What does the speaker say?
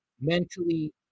Mentally